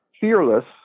Fearless